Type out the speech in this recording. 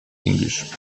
english